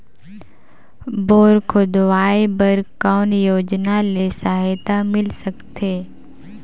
Bore खोदवाय बर कौन योजना ले सहायता मिल सकथे?